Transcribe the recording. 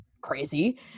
crazy